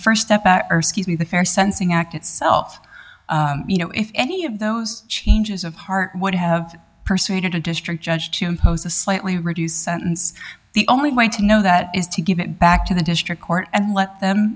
st step at the fair sensing act itself you know if any of those changes of heart would have persuaded a district judge to impose a slightly reduced sentence the only way to know that is to give it back to the district court and let them